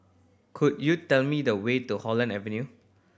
could you tell me the way to Holland Avenue